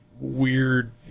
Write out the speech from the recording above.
weird